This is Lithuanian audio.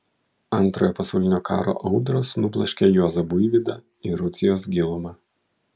antrojo pasaulinio karo audros nubloškė juozą buivydą į rusijos gilumą